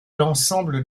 l’ensemble